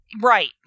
Right